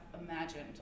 imagined